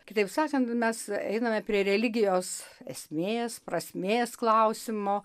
kitaip sakant mes einame prie religijos esmės prasmės klausimo